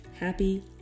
Happy